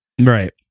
Right